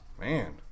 Man